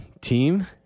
team